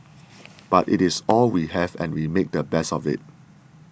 but it is all we have and we make the best of it